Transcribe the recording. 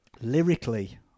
Lyrically